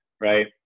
right